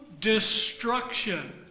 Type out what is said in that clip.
destruction